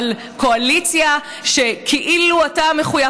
על קואליציה שכאילו אתה מחויב,